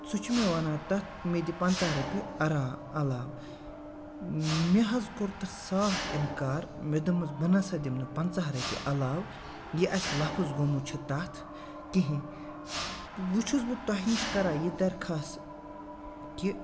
سُہ چھُ مےٚ وَنان تَتھ مےٚ دِ پنٛژاہ رۄپیہِ اَرا علاو مےٚ حظ کوٚر تَس صاف اِنکار مےٚ دوٚپمَس بہٕ نہ سا دِمہٕ نہٕ پنٛژاہ رۄپیہِ علاو یہِ اَسہِ لفظ گوٚمُت چھِ تَتھ کِہیٖنۍ وۄنۍ چھُس بہٕ تۄہہِ نِش کَران یہِ دَرخاس کہِ